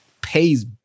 pays